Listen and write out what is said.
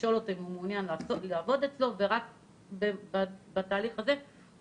לשאול אותו אם הוא מעוניין לעבוד אצלו ורק בתהליך הזה הוא